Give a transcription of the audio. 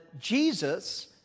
Jesus